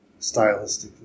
stylistically